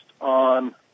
on